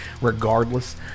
Regardless